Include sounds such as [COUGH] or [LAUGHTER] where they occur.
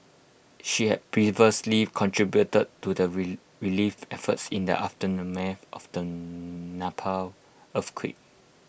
she had previously contributed to the [UNINTELLIGIBLE] relief efforts in the aftermath of the [UNINTELLIGIBLE] Nepal earthquake